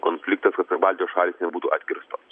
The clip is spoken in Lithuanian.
konfliktas kad baltijos šalys nebūtų atkirstos